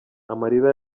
amarira